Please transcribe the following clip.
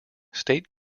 state